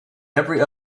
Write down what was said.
every